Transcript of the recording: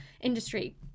industry